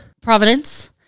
Providence